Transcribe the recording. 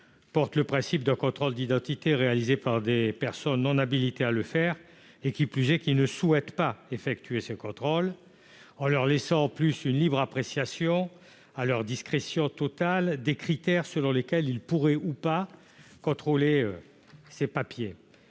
le principe d'un contrôle d'identité réalisé par des personnes non habilitées à le faire. Qui plus est, ces personnes ne souhaitent pas effectuer ces contrôles ! En outre, on leur laisserait une pleine appréciation, à leur discrétion totale, des critères selon lesquels ils pourraient ou non contrôler ces papiers.